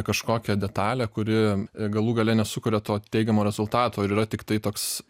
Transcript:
kažkokią detalę kuri galų gale nesukuria to teigiamo rezultato ir yra tiktai toks